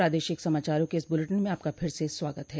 प्रादेशिक समाचारों के इस बुलेटिन में आपका फिर से स्वागत है